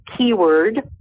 keyword